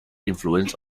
influence